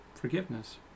forgiveness